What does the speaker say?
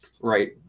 right